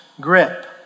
grip